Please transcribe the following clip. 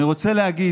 אני רוצה להגיד,